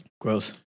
Gross